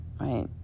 right